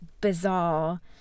bizarre